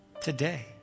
today